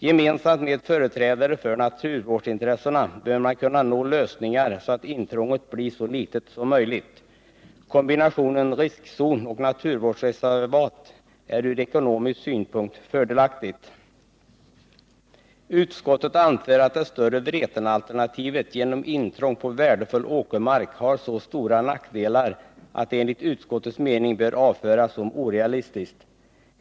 Gemensamt med företrädare för naturvårdsintressena bör man kunna nå lösningar så att intrånget blir så litet som möjligt. Kombinationen riskzon och naturvårdsreservat är ur ekonomisk synpunkt fördelaktig. Utskottet anför att det större Vretenalternativet genom intrång på värdefull åkermark har så stora nackdelar att det enligt utskottets mening bör avföras som orealistiskt.